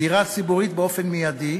דירה ציבורית מייד,